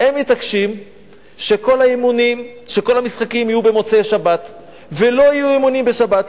הם מתעקשים שכל המשחקים יהיו במוצאי שבת ולא יהיו אימונים בשבת,